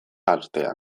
artean